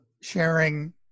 sharing